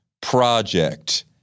project